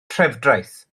trefdraeth